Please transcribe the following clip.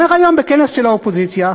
הוא אומר היום בכנס של האופוזיציה,